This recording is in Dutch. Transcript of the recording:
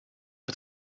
het